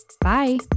Bye